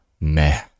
meh